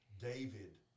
David